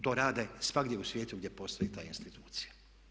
To rade svagdje u svijetu gdje postoji ta institucija.